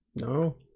no